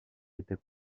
était